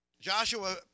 Joshua